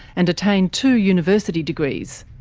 and attained two university degrees.